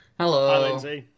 hello